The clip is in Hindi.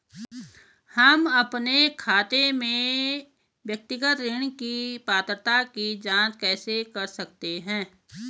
हम अपने खाते में व्यक्तिगत ऋण की पात्रता की जांच कैसे कर सकते हैं?